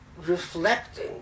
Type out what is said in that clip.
reflecting